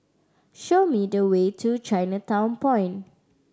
show me the way to Chinatown Point